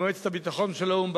במועצת הביטחון של האו"ם,